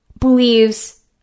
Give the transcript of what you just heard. believes